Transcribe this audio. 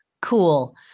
cool